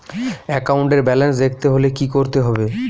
একাউন্টের ব্যালান্স দেখতে হলে কি করতে হবে?